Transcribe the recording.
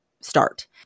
start